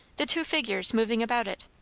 the two figures moving about it.